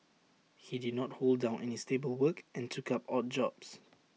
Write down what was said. he did not hold down any stable work and took up odd jobs